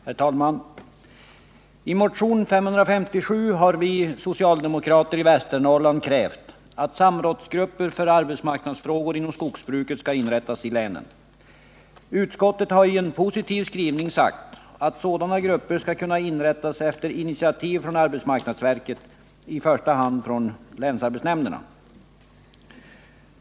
Herr talman! I motion 557 har socialdemokraterna från Västernorrland krävt att samrådsgrupper för arbetsmarknadsfrågor inom skogsbruket skall inrättas i länen. Utskottet har i en positiv skrivning sagt att sådana grupper skall kunna inrättas på initiativ av arbetsmarknadsverket, i första hand av länsarbetsnämnderna.